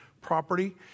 property